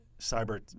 cyber